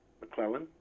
McClellan